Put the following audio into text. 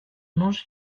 manger